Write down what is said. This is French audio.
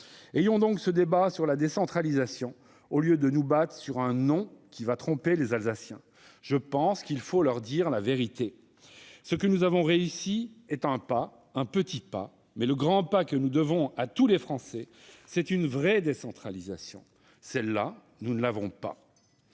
Ayons donc ce débat sur la décentralisation au lieu de nous battre sur un nom qui va tromper les Alsaciens ; je pense qu'il faut leur dire la vérité. Ce que nous avons réussi est un pas, un petit pas. Mais le grand pas que nous devons à tous les Français, c'est une vraie décentralisation ; celle-là, nous ne l'avons pas